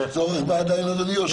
יהיה צורך בה עדיין, היושב-ראש?